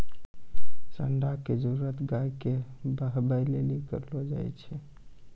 साँड़ा के जरुरत गाय के बहबै लेली करलो जाय छै